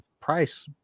price